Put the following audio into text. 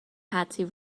patsy